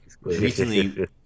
Recently